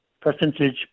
percentage